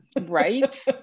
Right